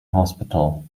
hospital